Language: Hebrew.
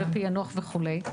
ופענוח וכולי.